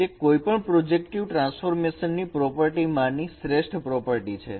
તે કોઈપણ projective transformation ની પ્રોપર્ટી માની શ્રેષ્ઠ પ્રોપર્ટી છે